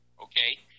okay